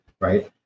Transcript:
right